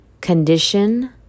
condition